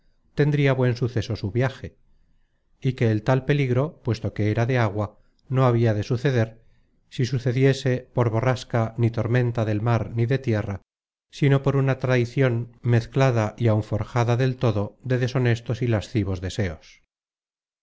tendria buen suceso su viaje y que el tal peligro puesto que era de agua no habia de suceder si sucediese por borrasca ni tormenta del mar ni de tierra sino por una traicion mezclada y áun forjada del todo de deshonestos y lascivos deseos